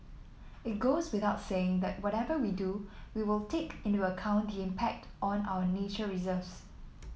it goes without saying that whatever we do we will take into account the impact on our nature reserves